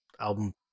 album